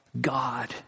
God